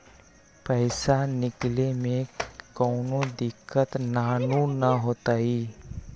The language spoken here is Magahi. पईसा निकले में कउनो दिक़्क़त नानू न होताई?